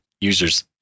users